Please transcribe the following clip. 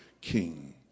king